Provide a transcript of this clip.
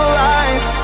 lies